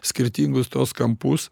skirtingus tuos kampus